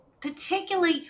particularly